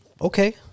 okay